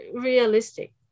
realistic